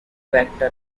vector